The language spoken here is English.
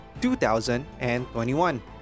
2021